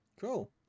Cool